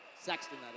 Sexton